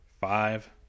five